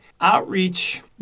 outreach